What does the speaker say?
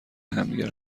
همدیگر